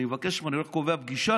אני הולך, קובע פגישה.